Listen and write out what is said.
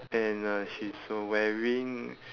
and uh she's uh wearing